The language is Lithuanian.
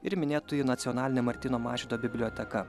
ir minėtoji nacionalinė martyno mažvydo biblioteka